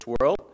world